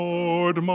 Lord